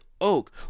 Oak